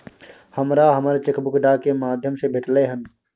हमरा हमर cheque book डाक के माध्यम से भेटलय हन